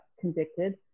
convicted